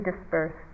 dispersed